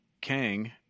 Kang